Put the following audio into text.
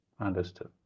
understood